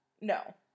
No